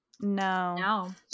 No